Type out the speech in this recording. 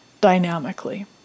dynamically